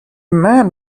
man